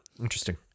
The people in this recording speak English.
Interesting